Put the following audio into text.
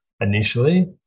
initially